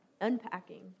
unpacking